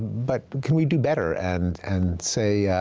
but can we do better and and say,